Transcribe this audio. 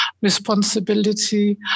responsibility